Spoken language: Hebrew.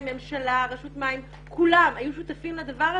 הממשלה, רשות המים, כולם היו שותפים לדבר הזה.